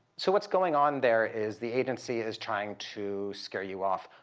so what's going on there is the agency is trying to scare you off.